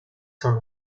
saint